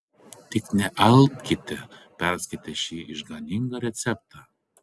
tik nealpkite perskaitę šį išganingą receptą